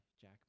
Jack